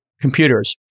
computers